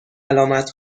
علامت